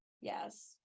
Yes